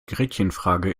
gretchenfrage